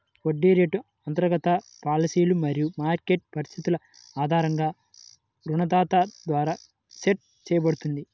వడ్డీ రేటు అంతర్గత పాలసీలు మరియు మార్కెట్ పరిస్థితుల ఆధారంగా రుణదాత ద్వారా సెట్ చేయబడుతుంది